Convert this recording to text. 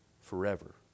forever